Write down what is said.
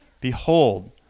Behold